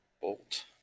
bolt